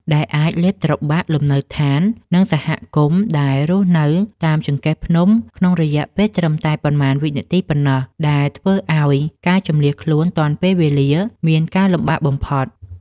ដែលអាចលេបត្របាក់លំនៅដ្ឋាន និងសហគមន៍ដែលរស់នៅតាមចង្កេះភ្នំក្នុងរយៈពេលត្រឹមតែប៉ុន្មានវិនាទីប៉ុណ្ណោះ ដែលធ្វើឱ្យការជម្លៀសខ្លួនទាន់ពេលវេលាមានការលំបាកបំផុត។